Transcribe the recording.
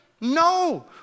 No